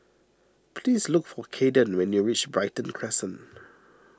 please look for Cayden when you reach Brighton Crescent